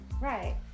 Right